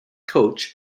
coach